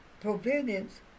providence